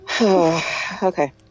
okay